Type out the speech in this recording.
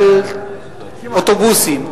על אוטובוסים,